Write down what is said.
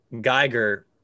geiger